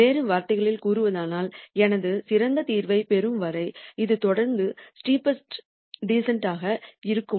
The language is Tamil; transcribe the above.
வேறு வார்த்தைகளில் கூறுவதானால் எனது சிறந்த தீர்வைப் பெறும் வரை இது தொடர்ந்து ஸ்டெப்பஸ்ட் டீசன்ட் ஆக இருக்கும்